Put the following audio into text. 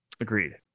Agreed